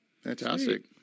Fantastic